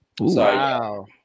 Wow